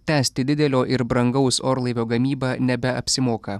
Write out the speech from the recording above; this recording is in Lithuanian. tęsti didelio ir brangaus orlaivio gamybą nebeapsimoka